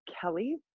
Kelly